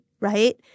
right